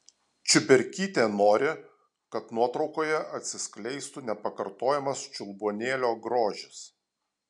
čiuberkytė nori kad nuotraukoje atsiskleistų nepakartojamas čiulbuonėlio grožis